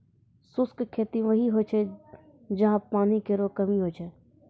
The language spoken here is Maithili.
शुष्क खेती वहीं होय छै जहां पानी केरो कमी होय छै